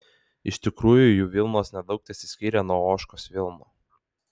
iš tikrųjų jų vilnos nedaug tesiskyrė nuo ožkos vilnų